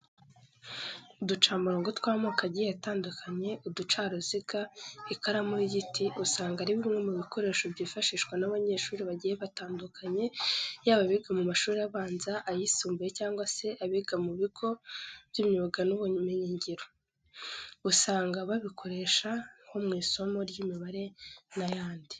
Uducamurongo tw'amoko agiye atandukanye, uducaruziga, ikaramu y'igiti usanga ari bimwe mu bikoresho byifashishwa n'abanyeshuri bagiye batandukanye, yaba abiga mu mashuri abanza, ayisumbuye cyangwa se abiga mu bigo by'imyuga n'ubumenyingiro. Usanga babikoresha nko mu isomo ry'imibare n'ayandi.